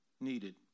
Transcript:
needed